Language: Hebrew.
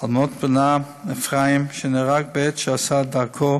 על מות בנה אפרים, שנהרג בעת שעשה דרכו